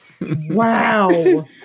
Wow